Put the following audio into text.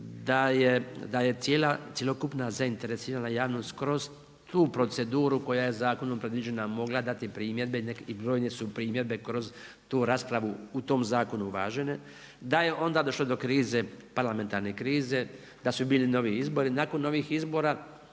Da je cjelokupna zainteresirana javnost kroz tu proceduru koja je zakonom predviđena mogla dati primjedbe i brojne su primjedbe kroz tu raspravu u tom zakonu uvažene. Da je onda došlo do krize, parlamentarne krize, da su bili novi izbori. Nakon novih izbora